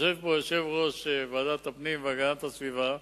יושב פה יושב-ראש ועדת הפנים והגנת הסביבה.